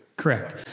Correct